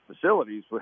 facilities